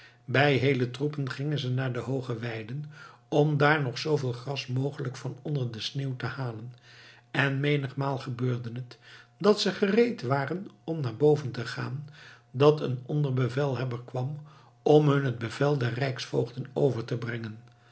bij heele troepen gingen ze naar de hooge weiden om daar nog zooveel gras mogelijk van onder de sneeuw te halen en menigmaal gebeurde het dat ze gereed waren om naar boven te gaan dat een onderbevelhebber kwam om hun het bevel der rijksvoogden over te brengen